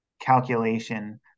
calculation